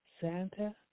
Santa